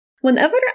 whenever